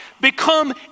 become